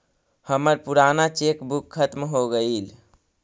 हमर पूराना cheque book खत्म हो गईल